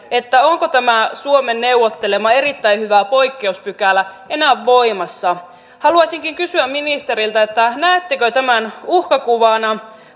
onko tämä suomen neuvottelema erittäin hyvä poikkeuspykälä enää voimassa haluaisinkin kysyä ministeriltä näettekö tämän uhkakuvana